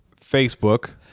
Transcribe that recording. Facebook